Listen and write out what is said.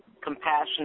compassion